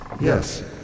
Yes